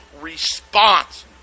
response